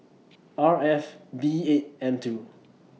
R F B eight M two